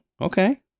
Okay